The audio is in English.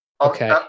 okay